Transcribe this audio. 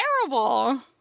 terrible